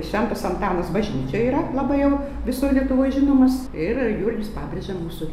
šventas antanas bažnyčioj yra labai jau visoj lietuvoj žinomas ir julius pabrėža mūsų